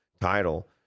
title